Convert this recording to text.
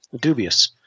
dubious